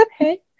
okay